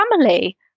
family